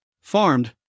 farmed